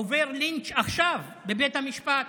עובר לינץ' עכשיו בבית המשפט